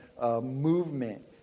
Movement